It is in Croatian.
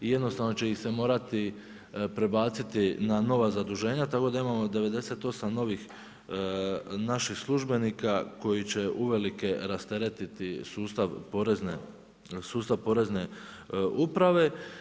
I jednostavno će ih se morati prebaciti na nova zaduženja, tako da imao 98 novih naših službenika, koji će uvelike, rastereti sustav porezne uprave.